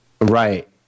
Right